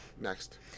Next